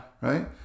Right